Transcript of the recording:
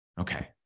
Okay